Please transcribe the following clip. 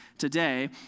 today